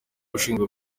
ushinzwe